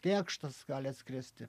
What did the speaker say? kėkštas gali atskristi